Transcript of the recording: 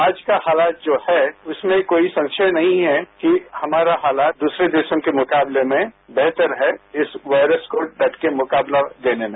आज का हालात जो है इसमें कोई संशय नहीं है कि हमारा हालात दूसरे देशों के मुकाबले में बेहतर है इस वायरस को डट के मुकाबला देने में